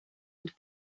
and